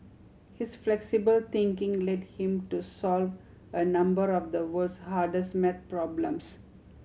his flexible thinking led him to solve a number of the world's hardest math problems